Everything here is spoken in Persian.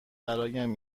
برایم